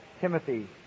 Timothy